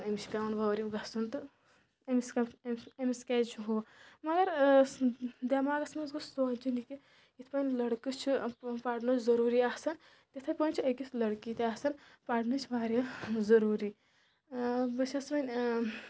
أمِس چھِ پٮ۪وان وٲریوٗ گَژھُن تہٕ أمِس کَمہِ أمِس کیازِ چھُ ہُہ مگر دٮ۪ماغس منٛز گوٚژھ سونٛچُن یہِ کہ یِتھ کٔنۍ لٔڑکَس چھِ پَرنٕچ ضروٗری آسَان تِتھٕے کٔنۍ پٲٹھۍ چھِ أکِس لٔڑکی تہِ آسَان پَرنٕچ واریاہ ضروٗری بہٕ چھس وۄنۍ